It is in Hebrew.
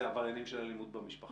אלה עבריינים של אלימות במשפחה.